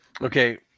Okay